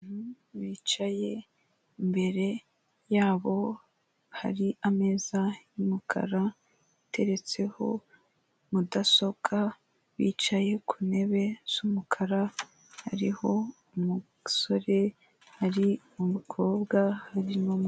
Bicaye imbere yabo hari ameza y'umukara iteretseho mudasobwa bicaye ku ntebe z'umukara hariho umusore, hari umukobwa, hari.